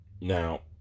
now